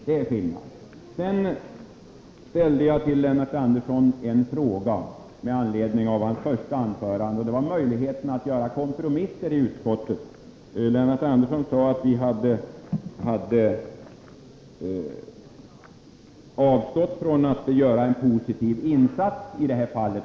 Det är detta som är skillnaden. Jag ställde en fråga till Lennart Andersson med anledning av hans första anförande. Det gällde möjligheterna att göra kompromisser i utskottet. Lennart Andersson sade att vi hade avstått från att göra en positiv insats i det här fallet.